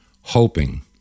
hoping